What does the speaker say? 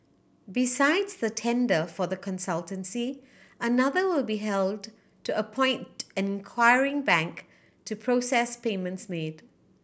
besides the tender for the consultancy another will be held to appoint an acquiring bank to process payments made